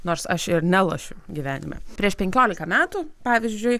nors aš ir nelošiu gyvenime prieš penkiolika metų pavyzdžiui